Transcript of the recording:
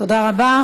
תודה רבה.